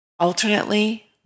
alternately